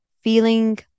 feeling